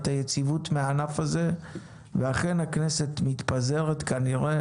היציבות מהענף הזה ואכן הכנסת מתפזרת כנראה,